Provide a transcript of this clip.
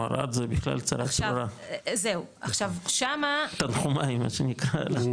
ערד זה בכלל צרה צרורה, תנחומי מה שנקרא.